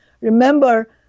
remember